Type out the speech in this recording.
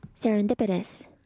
Serendipitous